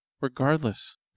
Regardless